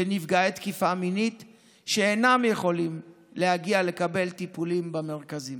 לנפגעי תקיפה מינית שאינם יכולים להגיע לקבל טיפולים במרכזים.